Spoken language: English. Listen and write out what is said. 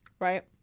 right